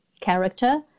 character